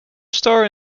store